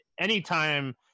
anytime